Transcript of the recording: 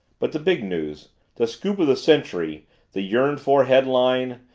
but the big news the scoop of the century the yearned-for headline,